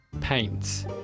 Paints